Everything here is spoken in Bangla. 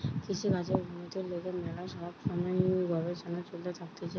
কৃষিকাজের উন্নতির লিগে ম্যালা সব সময় গবেষণা চলতে থাকতিছে